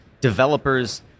developers